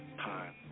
time